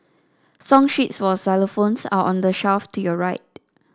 song sheets for xylophones are on the shelf to your right